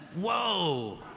Whoa